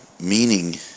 meaning